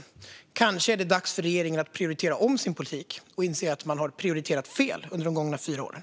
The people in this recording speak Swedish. Det kanske är dags för regeringen att prioritera om sin politik och inse att man har prioriterat fel under de gångna fyra åren?